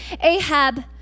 Ahab